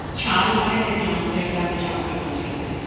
ਛਾਲ ਮਾਰਨ ਲੱਗਿਆਂ ਸਿਰ ਦਾ ਬਚਾਅ ਕਰਨਾ ਚਾਹੀਦਾ ਹੈ